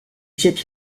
一些